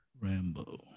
Rambo